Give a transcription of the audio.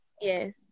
yes